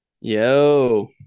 Yo